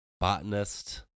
botanist